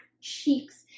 Cheeks